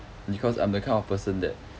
because I'm the kind of person that